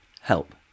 Help